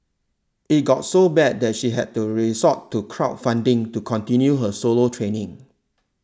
it got so bad that she had to resort to crowd funding to continue her solo training